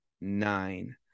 nine